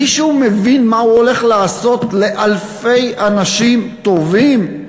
מישהו מבין מה הוא הולך לעשות לאלפי אנשים טובים?